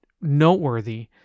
noteworthy